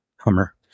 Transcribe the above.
hummer